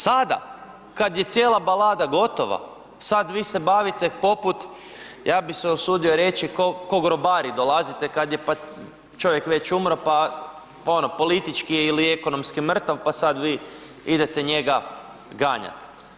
Sada kad je cijela balada gotova, sad vi se bavite poput ja bi se usudio reći ko grobari dolazite kad je čovjek već umro pa ono politički je ili ekonomski mrtav pa sad vi njega idete njega ganjati.